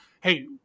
hey